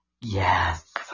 Yes